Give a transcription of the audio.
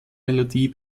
melodie